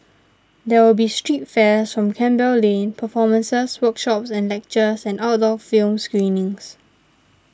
there will be street fairs on Campbell Lane performances workshops and lectures and outdoor film screenings